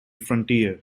frontier